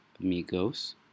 Amigos